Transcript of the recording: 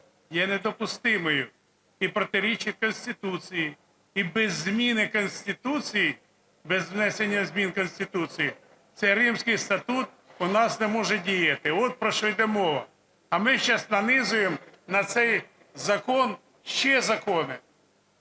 є недопустимою і протирічить Конституції. І без зміни Конституції, без внесення змін в Конституцію цей Римський статут у нас не може діяти, от про що йде мова. А ми зараз нанизуємо на цей закон ще закони.